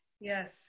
Yes